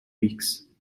weeks